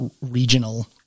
regional